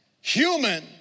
human